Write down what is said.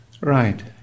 Right